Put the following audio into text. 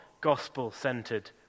gospel-centered